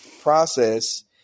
process